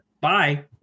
Bye